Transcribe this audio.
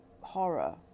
horror